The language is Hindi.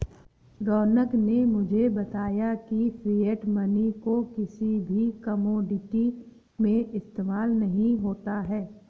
रौनक ने मुझे बताया की फिएट मनी को किसी भी कोमोडिटी में इस्तेमाल नहीं होता है